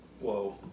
Whoa